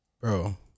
Bro